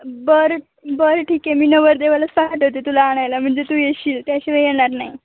बरं बरं ठीक आहे मी नवरदेवालाच पाठवते तुला आणायला म्हणजे तू येशील त्याशिवाय येणार नाही